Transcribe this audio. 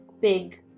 big